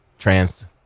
trans